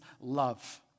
love